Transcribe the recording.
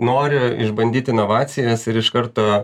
nori išbandyt inovacijas ir iš karto